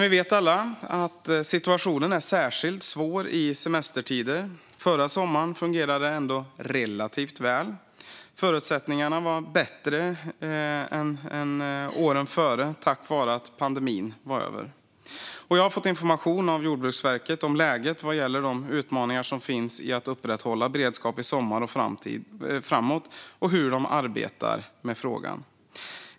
Vi vet alla att situationen är särskilt svår i semestertider. Förra sommaren fungerade det ändå relativt väl. Förutsättningarna var bättre än åren före, tack vare att pandemin var över. Jag har fått information av Jordbruksverket om läget vad gäller de utmaningar som finns med att upprätthålla beredskap i sommar och framåt och om hur man arbetar med frågan.